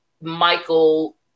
Michael